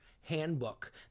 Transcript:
handbook